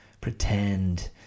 pretend